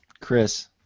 Chris